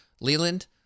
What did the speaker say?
Leland